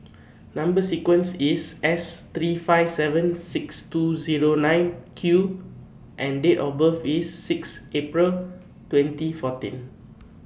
Number sequence IS S three five seven six two Zero nine Q and Date of birth IS six April twenty fourteen